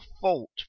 fault